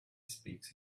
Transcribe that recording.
speaks